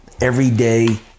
everyday